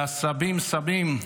לסבי הסבים,